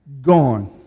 Gone